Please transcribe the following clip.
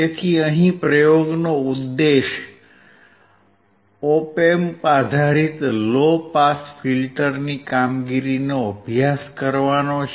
તેથી અહિ પ્રયોગનો ઉદ્દેશ ઓપ એમ્પ આધારિત લો પાસ ફિલ્ટરની કામગીરીનો અભ્યાસ કરવાનો છે